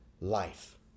life